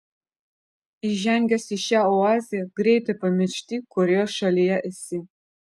įžengęs į šią oazę greitai pamiršti kurioje šalyje esi